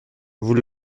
vous